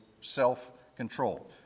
self-control